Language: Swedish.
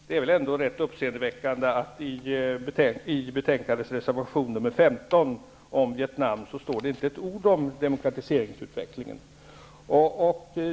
Fru talman! Det är väl ändå rätt uppseendeväckande att det i reservation 15 om Vietnam inte står ett ord om demokratiseringsutvecklingen.